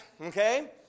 okay